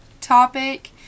topic